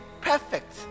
perfect